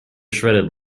shredded